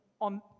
on